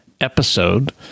episode